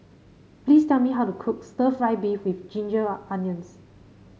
please tell me how to cook stir fry beef with Ginger Onions